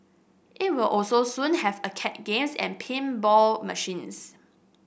it will also soon have arcade games and pinball machines